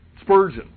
Spurgeon